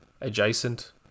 adjacent